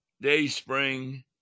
Dayspring